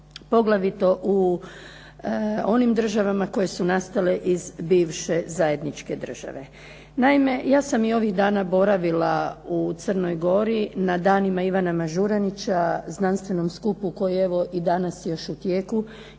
Poglavito u onim državama koje su nastale iz bivše zajedničke države. Naime, ja sam i ovih dana boravila u Crnoj Gori na danima Ivana Mažuranića, znanstvenom skupu koji je evo i danas još u tijeku,